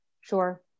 Sure